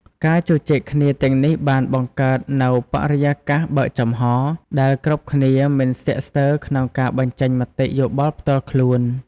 ការជជែកគ្នាទាំងនេះបានបង្កើតនូវបរិយាកាសបើកចំហរ ដែលគ្រប់គ្នាមិនស្ទាក់ស្ទើរក្នុងការបញ្ចេញមតិយោបល់ផ្ទាល់ខ្លួន។